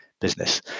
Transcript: business